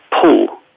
pull